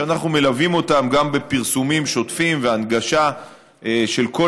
שאנחנו מלווים אותם גם בפרסומים שוטפים והנגשה של כל